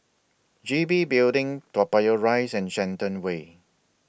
G B Building Toa Payoh Rise and Shenton Way